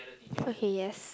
okay yes